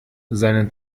seinen